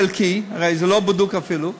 החלקי, הרי זה לא בדוק אפילו,